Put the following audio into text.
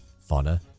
Fauna